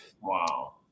Wow